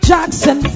Jackson